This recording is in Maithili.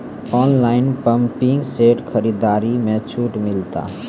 ऑनलाइन पंपिंग सेट खरीदारी मे छूट मिलता?